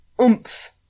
oomph